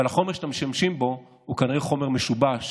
אבל החומר שאתם משתמשים בו הוא כנראה חומר משובח,